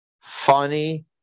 funny